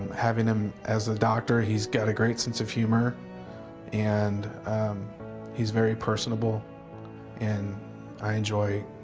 having them as a doctor he's got a great sense of humor and he's very personable and i enjoy